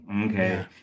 Okay